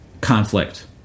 conflict